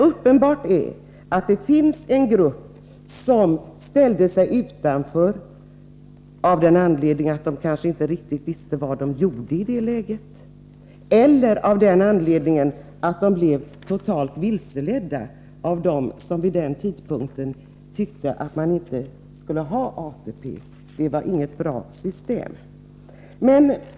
Uppenbart är att det finns en grupp som ställde sig utanför av den anledningen att de kanske inte riktigt visste vad de gjorde eller därför att de blev totalt vilseledda av dem som vid denna tidpunkt tyckte att vi inte skulle ha ATP — det var inget bra system.